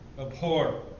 abhor